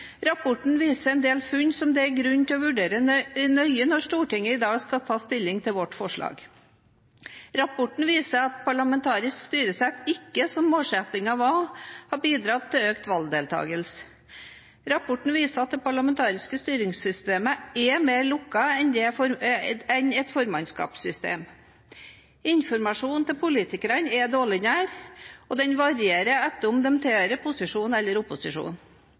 Rapporten viser en del funn som det er grunn til å vurdere nøye når Stortinget i dag skal ta stilling til vårt forslag. Rapporten viser at parlamentarisk styresett ikke, som målsettingen var, har bidratt til økt valgdeltakelse. Rapporten viser at det parlamentariske styringssystemet er mer lukket enn et formannskapssystem. Informasjonen til politikerne er dårligere, og den varierer etter om de tilhører posisjon eller opposisjon.